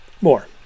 more